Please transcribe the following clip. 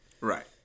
Right